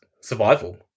survival